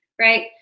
right